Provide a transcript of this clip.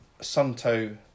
Sunto